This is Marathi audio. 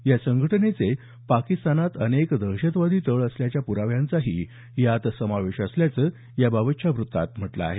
या संघटनेचे पाकिस्तानात अनेक दहशतवादी तळ असल्याच्या प्राव्यांचाही यात समावेश असल्याचं याबाबतच्या व्रत्तात म्हटलं आहे